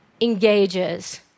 engages